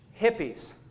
hippies